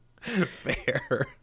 Fair